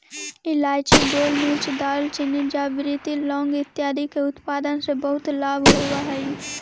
इलायची, गोलमिर्च, दालचीनी, जावित्री, लौंग इत्यादि के उत्पादन से बहुत लाभ होवअ हई